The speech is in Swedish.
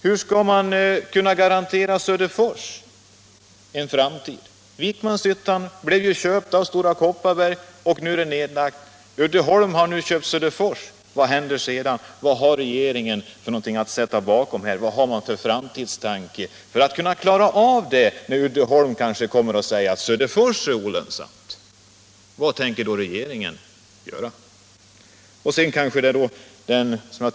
Hur skall man kunna garantera Söderfors en framtid? Vikmanshyttan blev ju köpt av Stora Kopparberg, och nu är det nedlagt. Uddeholm har nu köpt Söderfors — vad händer sedan? Uddeholm kanske kommer och säger att Söderfors är olönsamt. Vad tänker regeringen då göra?